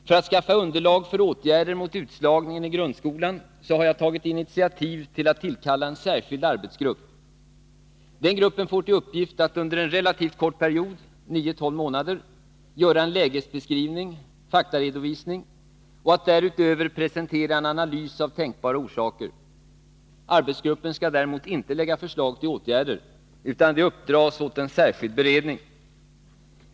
För att skaffa underlag för åtgärder mot utslagningen i grundskolan har jag tagit initiativ till att tillkalla en särskild arbetsgrupp. Den gruppen får till uppgift att under en relativt kort period, 9-12 månader, göra en lägesbeskrivning och faktaredovisning och att därutöver presentera en analys av tänkbara orsaker. Arbetsgruppen skall däremot inte framlägga förslag till åtgärder. Detta bör uppdras åt en särskild beredning.